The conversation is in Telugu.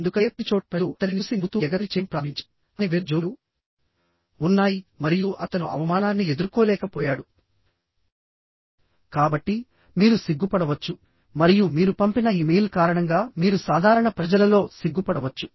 ఎందుకంటే ప్రతిచోటా ప్రజలు అతనిని చూసి నవ్వుతూ ఎగతాళి చేయడం ప్రారంభించారు అతని వెనుక జోకులు ఉన్నాయి మరియు అతను అవమానాన్ని ఎదుర్కోలేకపోయాడు కాబట్టి మీరు సిగ్గుపడవచ్చు మరియు మీరు పంపిన ఇమెయిల్ కారణంగా మీరు సాధారణ ప్రజలలో సిగ్గుపడవచ్చు